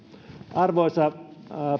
arvoisa